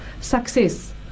success